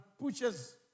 pushes